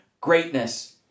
greatness